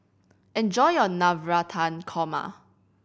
enjoy your Navratan Korma